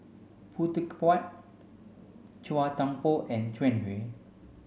Khoo Teck Puat Chua Thian Poh and Jiang Hu